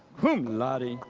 cum laude,